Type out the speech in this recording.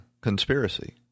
conspiracy